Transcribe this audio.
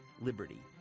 liberty